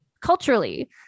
culturally